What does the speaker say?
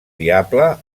diable